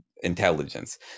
intelligence